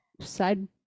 side